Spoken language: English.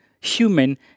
human